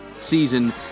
season